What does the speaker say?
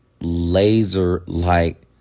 laser-like